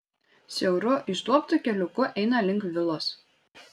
siauru išduobtu keliuku eina link vilos